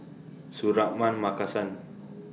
Suratman Markasan